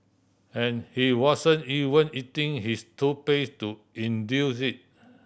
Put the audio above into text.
and he wasn't even eating his toothpaste to induce it